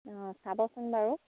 অঁ চাবচোন বাৰু